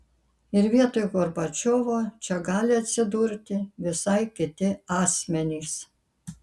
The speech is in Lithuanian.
ir vietoj gorbačiovo čia gali atsidurti visai kiti asmenys